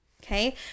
Okay